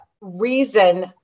reason